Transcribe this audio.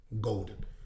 Golden